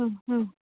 হুম হুম